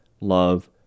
love